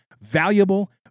valuable